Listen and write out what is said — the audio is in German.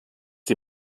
die